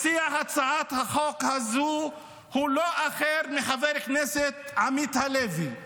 מציע הצעת החוק הזאת הוא לא אחר מחבר הכנסת עמית הלוי,